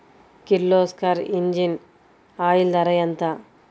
Kirloskar engine oil ధర ఎంత?